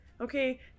Okay